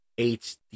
HD